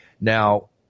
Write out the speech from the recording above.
Now